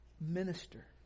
minister